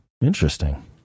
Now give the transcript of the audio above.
Interesting